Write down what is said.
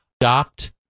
adopt